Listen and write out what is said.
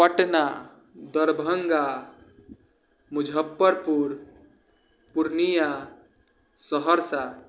Patna Darbhanga Muzaffarpur Purnia Saharsa